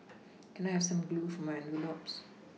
can I have some glue for my envelopes